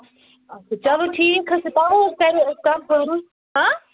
اَدٕ سا چلو ٹھیٖک حظ چھُ بہٕ کرہو تۅہہِ کَنفٲرٕم ہاں